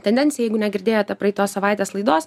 tendencija jeigu negirdėjote praeitos savaitės laidos